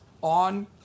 on